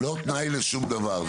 זה לא תנאי לשום דבר.